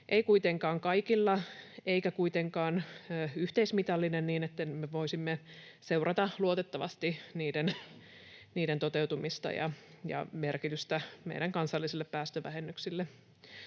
Ei kuitenkaan kaikilla, eikä kuitenkaan yhteismitallinen, niin että me voisimme seurata luotettavasti niiden toteutumista ja merkitystä meidän kansallisille päästövähennyksille.